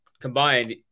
Combined